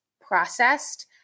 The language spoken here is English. processed